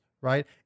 right